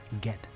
get